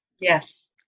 Yes